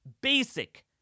basic